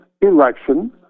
election